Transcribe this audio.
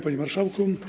Panie Marszałku!